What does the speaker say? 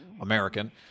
american